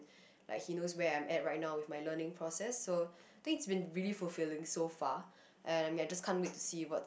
like he knows where I'm at right now with my learning process so thing's been really fulfilling so far and I mean I just can't wait to see what